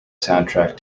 soundtrack